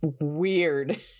weird